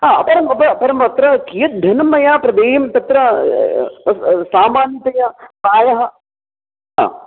हा परम् अब परम् अत्र कियद्धनं मया प्रदेयं तत्र सामान्यतया प्रायः हा